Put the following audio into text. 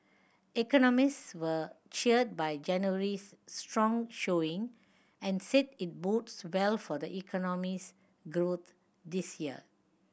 economists were cheered by January's strong showing and said it bodes well for the economy's growth this year